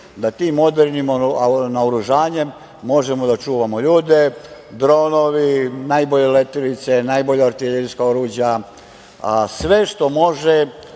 da tim modernim naoružanjem možemo da čuvamo ljude – dronovi, najbolje letilice, najbolja artiljerijska oruđa, sve što može